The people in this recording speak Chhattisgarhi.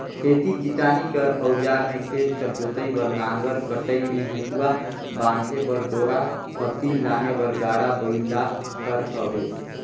खेती किसानी कर अउजार मे खेत कर जोतई बर नांगर, कटई मे हेसुवा, बांधे बर डोरा, फसिल लाने बर गाड़ा बइला हर हवे